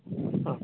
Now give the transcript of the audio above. ହଁ